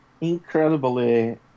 incredibly